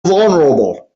vulnerable